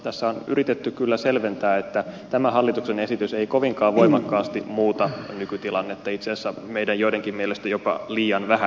tässä on yritetty kyllä selventää että tämä hallituksen esitys ei kovinkaan voimakkaasti muuta nykytilannetta itse asiassa meidän joidenkin mielestä jopa liian vähän